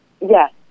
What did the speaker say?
Yes